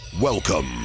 Welcome